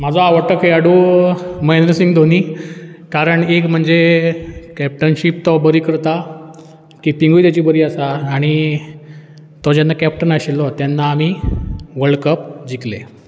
म्हाजो आवडटो खेळाडू महेंद्र सिंग धोनी कारण एक म्हणजे कॅप्टनशीप तो बरी करता किपिंगूय तेची बरी आसा आनी तो जेन्ना कॅप्टन आशिल्लो तेन्ना आमी वर्ल्ड कप जिंखले